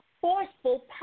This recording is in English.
forceful